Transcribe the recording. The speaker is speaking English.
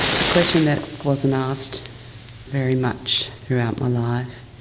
a question that wasn't asked very much throughout my life.